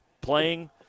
playing